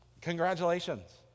congratulations